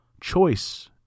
choice